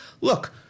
look